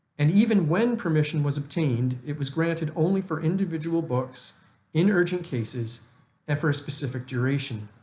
and even when permission was obtained, it was granted only for individual books in urgent cases and for a specific duration.